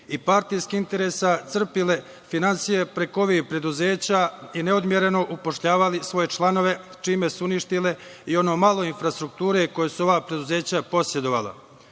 i partijskih interesa crpile finansije preko ovih preduzeća i neodmereno upošljavali svoje članove, čime su uništile i ono malo infrastrukture koja su ova preduzeća posedovala.U